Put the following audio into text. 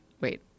wait